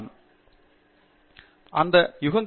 பேராசிரியர் ஆண்ட்ரூ தங்கராஜ் ஆம்